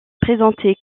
présentée